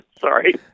Sorry